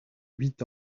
huit